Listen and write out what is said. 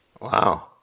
Wow